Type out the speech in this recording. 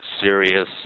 serious